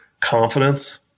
confidence